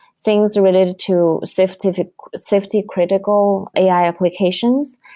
things related to safety safety critical ai applications,